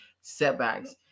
setbacks